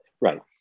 Right